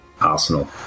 arsenal